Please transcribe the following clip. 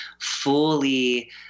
fully